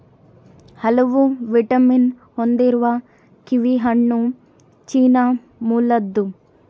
ಹಲವು ವಿಟಮಿನ್ ಹೊಂದಿರುವ ಕಿವಿಹಣ್ಣು ಚೀನಾ ಮೂಲದ್ದು